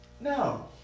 No